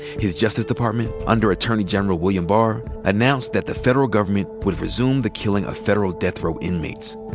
his justice department under attorney general william barr announced that the federal government would resume the killing of federal death row inmates.